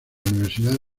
universidad